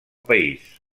país